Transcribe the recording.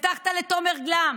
הבטחת לתומר גלאם,